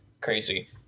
crazy